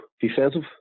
Defensive